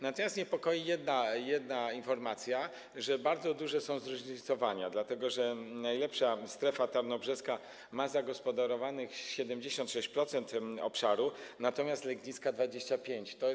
Natomiast niepokoi jedna informacja, to, że bardzo duże są zróżnicowania, dlatego że najlepsza strefa, strefa tarnobrzeska, ma zagospodarowanych 75% obszaru, natomiast legnicka - 25%.